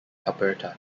alberta